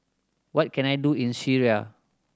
what can I do in Syria